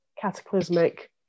cataclysmic